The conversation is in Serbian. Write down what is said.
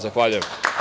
Zahvaljujem.